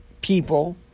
people